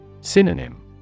Synonym